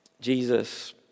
Jesus